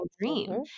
dream